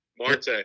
Marte